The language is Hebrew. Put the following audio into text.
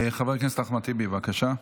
חבר הכנסת אחמד טיבי, בבקשה.